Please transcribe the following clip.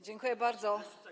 Dziękuję bardzo.